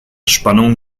spannung